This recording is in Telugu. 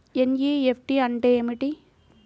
ఎన్.ఈ.ఎఫ్.టీ అంటే ఏమిటీ?